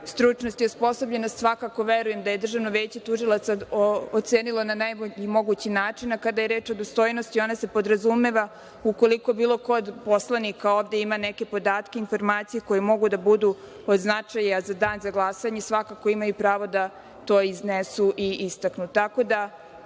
stručnost i osposobljenost, svakako verujem da je Državno veće tužilaca ocenilo na najbolji mogući način, a kada je reč o dostojnosti, ona se podrazumeva ukoliko bilo ko od poslanika ovde ima neke podatke, informacije koje mogu da budu od značaja za Dan za glasanje, svakako imaju pravo da to iznesu i istaknu. Ukoliko